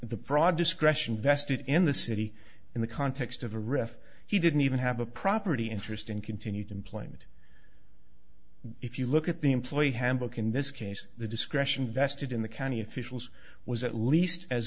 the broad discretion vested in the city in the context of a ref he didn't even have a property interest in continued employment if you look at the employee handbook in this case the discretion vested in the county officials was at least as